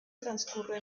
transcurre